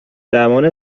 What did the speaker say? زمان